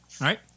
right